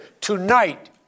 tonight